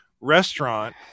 restaurant